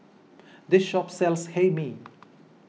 this shop sells Hae Mee